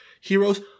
heroes